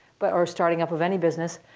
but or starting up of any business.